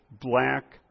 black